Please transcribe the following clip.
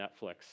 Netflix